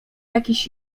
jakiś